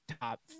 top